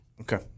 Okay